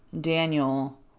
Daniel